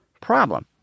problem